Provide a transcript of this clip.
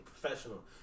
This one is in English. professional